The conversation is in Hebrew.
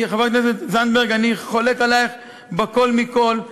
חברת הכנסת זנדברג, אני חולק עלייך בכול מכול.